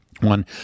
One